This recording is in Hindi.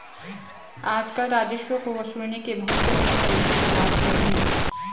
आजकल राजस्व को वसूलने के बहुत से नये तरीक इजात हुए हैं